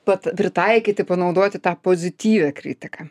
pat pritaikyti panaudoti tą pozityvią kritiką